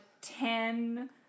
Ten